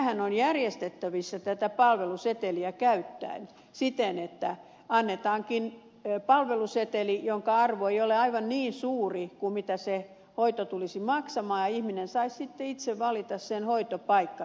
tämähän on järjestettävissä palveluseteliä käyttäen siten että annetaankin palveluseteli jonka arvo ei ole aivan niin suuri kuin mitä se hoito tulisi maksamaan ja ihminen saisi sitten itse valita sen hoitopaikkansa